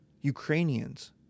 Ukrainians